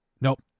Nope